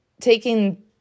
taking